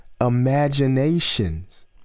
imaginations